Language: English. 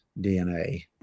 DNA